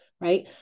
right